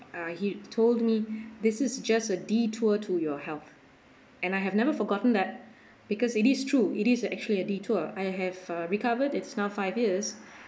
uh he told me this is just a detour to your health and I have never forgotten that because it is true it is actually a detour I have uh recovered it's now five years